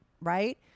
right